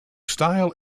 style